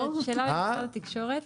זאת שאלה למשרד התקשורת.